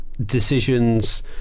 decisions